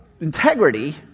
integrity